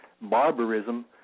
barbarism